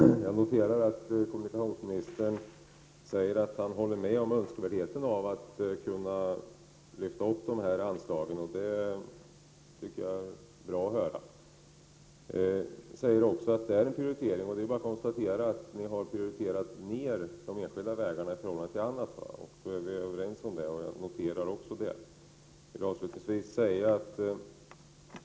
Fru talman! Jag noterar att kommunikationsministern säger att han håller med om önskvärdheten av att kunna lyfta upp anslagen. Det är bra att höra det. Kommunikationsministern säger också att det handlar om prioriteringar. Det är bara att konstatera att regeringen har prioriterat ner de enskilda vägarna i förhållande till annat. Jag noterar också det.